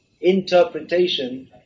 interpretation